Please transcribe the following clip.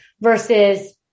versus